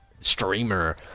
streamer